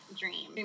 dream